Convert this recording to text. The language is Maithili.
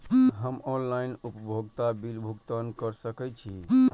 हम ऑनलाइन उपभोगता बिल भुगतान कर सकैछी?